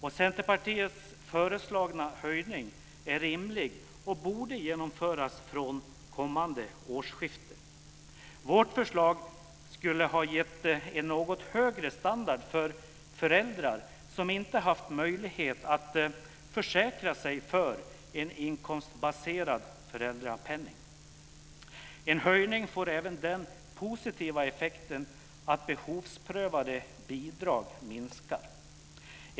Centerpartiets föreslagna höjning är rimlig och borde genomföras från kommande årsskifte. Vårt förslag skulle ha gett en något högre standard för föräldrar som inte haft möjlighet att försäkra sig för en inkomstbaserad föräldrapenning. En höjning får även den positiva effekten att behovsprövade bidrag minskar.